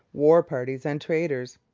war parties, and traders.